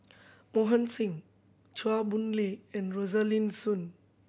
Bohan Singh Chua Boon Lay and Rosaline Soon